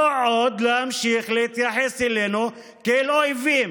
לא עוד להמשיך להתייחס אלינו כאל אויבים.